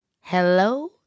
Hello